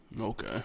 Okay